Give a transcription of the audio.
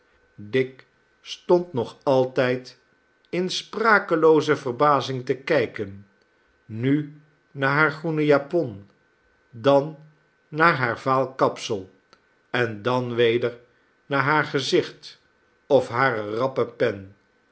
dick stond nog altijd in sprakelooze verbazing te kijken nu naar haar groenen japon dan naar haar vaal kapsel en dan weder naar haar gezicht of hare rappe pen